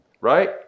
right